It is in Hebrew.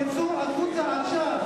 תצאו החוצה עכשיו.